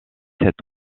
sept